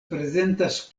prezentas